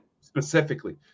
Specifically